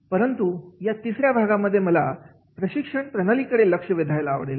परंतु या तिसऱ्या भागामध्ये मला प्रशिक्षण प्रणालीकडे लक्षवेधायला आवडेल